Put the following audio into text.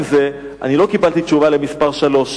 הדרוזית בשנת 2010, ולא לשרת אותם לפי שנת 1962,